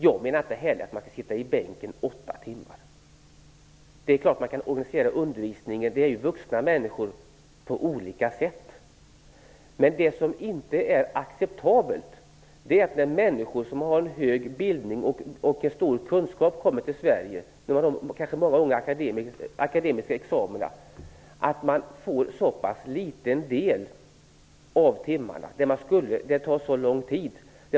Jag menar inte heller att man skall sitta i bänken i åtta timmar. Det är klart att man kan organisera undervisningen på olika sätt. Det gäller ju vuxna människor. Men det som inte är acceptabelt är att människor med en hög bildning och en stor kunskap som kommer till Sverige -- många av dem har kanske akademiska examina -- får en sådan liten del av timmarna och att det tar så lång tid.